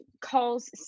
calls